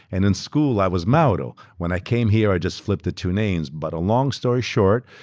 and in school i was mauro. when i came here, i just flipped the two names, but a long story short,